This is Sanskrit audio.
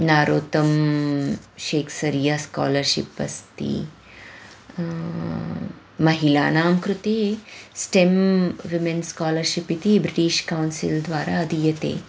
नारोतं शेक्सरिया स्कालर्शिप् अस्ति महिलानां कृते स्टेम् विमेन्स् स्कालर्शिप् इति ब्रिटिश् कौन्सिल् द्वारा दीयते